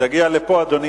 כשתגיע לפה אדוני,